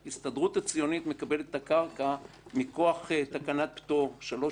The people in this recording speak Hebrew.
ההסתדרות הציונית מקבלת את הקרקע מכוח תקנת פטור 319,